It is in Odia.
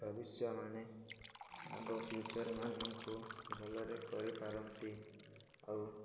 ଭବିଷ୍ୟ ମାନେ ଆଗ ଫ୍ୟୁଚର୍ ମାନଙ୍କୁ ଭଲରେ କରିପାରନ୍ତି ଆଉ